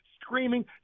screaming